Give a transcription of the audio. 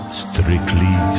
strictly